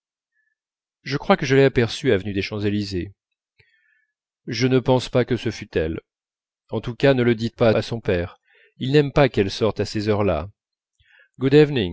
je crois que je l'ai aperçue avenue des champs-élysées je ne pense pas que ce fût elle en tous cas ne le dites pas à son père il n'aime pas qu'elle sorte à ces heures là